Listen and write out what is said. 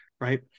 right